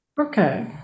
Okay